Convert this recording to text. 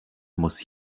muss